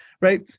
right